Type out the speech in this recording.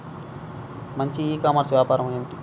మంచి ecommerce వ్యాపారం ఏమిటీ?